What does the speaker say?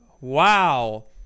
Wow